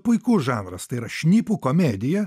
puikus žanras tai yra šnipų komedija